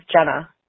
Jenna